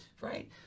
right